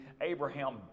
Abraham